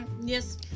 Yes